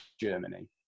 Germany